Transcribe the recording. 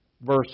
Verse